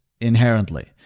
inherently